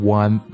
one